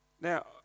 Now